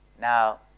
now